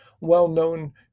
Well-known